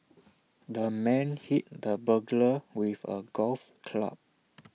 the man hit the burglar with A golf club